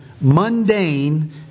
mundane